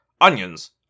Onions